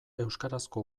euskarazko